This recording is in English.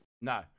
No